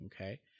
Okay